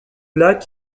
lac